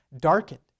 darkened